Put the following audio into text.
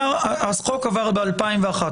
החוק עבר ב-2011